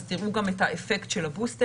אז תראו גם את האפקט של הבוסטר.